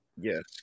yes